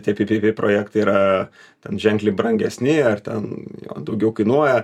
tie ppp projektai yra ten ženkliai brangesni ar ten daugiau kainuoja